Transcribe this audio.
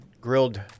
grilled